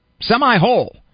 semi-whole